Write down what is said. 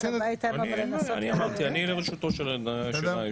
אני אמרתי שאני לרשותו של היושב-ראש.